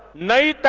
nine